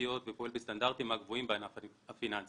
עסקיות ופועל בסטנדרטים מהגבוהים בענף הפיננסים.